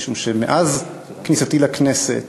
משום שמאז כניסתי לכנסת